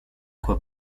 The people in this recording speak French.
quoi